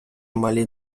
малі